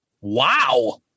Wow